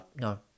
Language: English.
No